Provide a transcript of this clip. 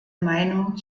meinung